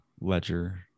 ledger